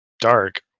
dark